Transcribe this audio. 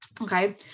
okay